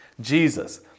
Jesus